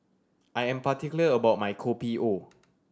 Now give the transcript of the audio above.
I am particular about my Kopi O